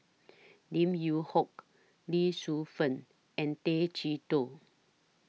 Lim Yew Hock Lee Shu Fen and Tay Chee Toh